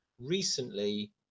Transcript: recently